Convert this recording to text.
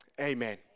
amen